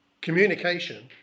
communication